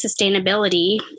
sustainability